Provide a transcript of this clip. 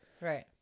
Right